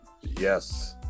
Yes